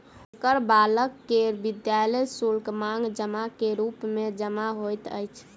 हुनकर बालक के विद्यालय शुल्क, मांग जमा के रूप मे जमा होइत अछि